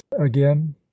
again